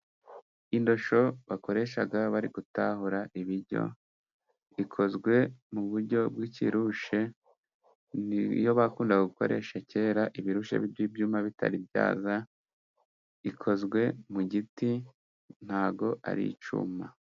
Indoshyo bakoresha bari gutahura ibiryo. Ikozwe mu buryo bw'ikirushe. Ni yo bakundaga gukoresha kera ibirushe by'ibyuma bitari byaza. Ikozwe mu giti nta bwo ari icyuma.